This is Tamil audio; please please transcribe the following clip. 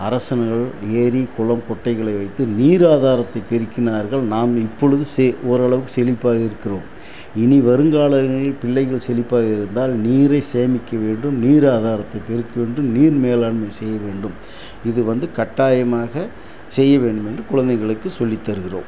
அரசனர்கள் ஏரி குளம் குட்டைகளை வைத்து நீர் ஆதாரத்தை பெருக்கினார்கள் நாம் இப்பொழுது சே ஓரளவுக்கு செழிப்பாக இருக்கிறோம் இனி வருங்காலங்களில் பிள்ளைகள் செழிப்பாக இருந்தால் நீரை சேமிக்க வேண்டும் நீர் ஆதாரத்தை பெருக்க வேண்டும் நீர் மேலாண்மை செய்ய வேண்டும் இது வந்து கட்டாயமாக செய்ய வேண்டும் என்று குழந்தைகளுக்கு சொல்லி தருகிறோம்